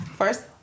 First